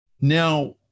Now